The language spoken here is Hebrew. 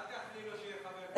אל תאחלי לו שיהיה חבר כנסת.